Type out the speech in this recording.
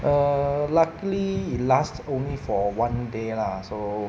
err luckily it last only for one day lah so